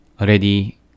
already